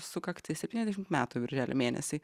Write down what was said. sukaktis septyniasdešimt metų birželio mėnesį